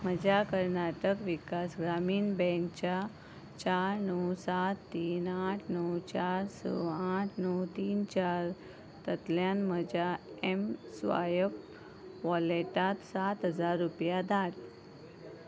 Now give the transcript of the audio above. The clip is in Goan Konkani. म्हज्या कर्नाटक विकास ग्रामीण बँकच्या चार णव सात तीन आठ णव चार स आठ णव तीन चार तातल्यान म्हज्या एमस्वायप वॉलेटांत सात हजार रुपया धाड